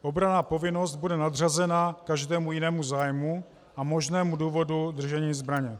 Obranná povinnost bude nadřazena každému jinému zájmu a možnému důvodu držení zbraně.